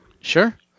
Sure